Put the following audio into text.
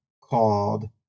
called